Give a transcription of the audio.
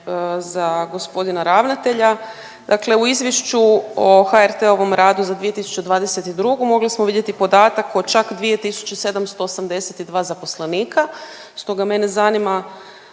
za gospodina ravnatelja. Dakle u Izvješću o HRT-ovom radu za 2022. mogli smo vidjeti podatak od čak 2782 zaposlenika, stoga mene zanima